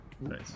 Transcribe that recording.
Nice